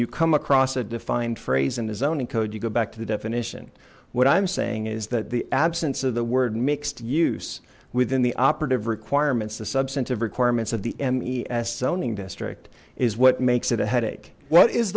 you come across a defined phrase and a zoning code you go back to the definition what i'm saying is that the absence of the word mixed use within the operative requirements the substantive requirements of the mes zoning district is what makes it a headache what is